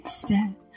step